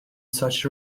such